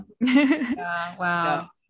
Wow